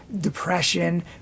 depression